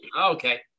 okay